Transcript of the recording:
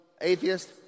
atheist